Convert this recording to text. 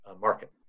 market